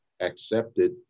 accepted